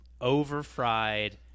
over-fried